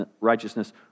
righteousness